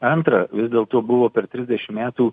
antra vis dėlto buvo per trisdešim metų